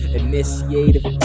initiative